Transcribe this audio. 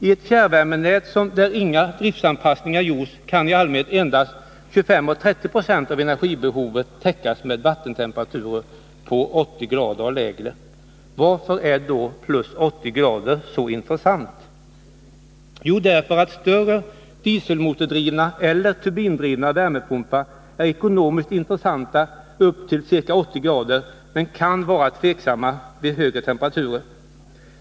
I ett fjärrvärmenät där inga driftsanpassningar gjorts kan i allmänhet endast 25-30 90 av energibehovet täckas med vattentemperaturer på +809C och lägre. Varför är då +809C så intressant? Jo, därför att större dieselmotordrivna eller turbindrivna värmepumpar är ekonomiskt intressanta upp till +802C men kan vara tveksamma vid högre temperaturer.